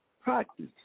practice